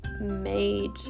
made